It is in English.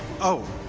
oh,